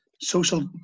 social